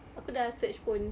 aku dah search pun